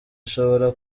ishobora